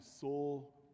soul